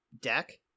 deck